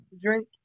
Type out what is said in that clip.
drink